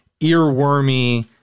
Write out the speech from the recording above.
earwormy